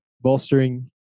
bolstering